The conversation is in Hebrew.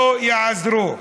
לא יעזרו.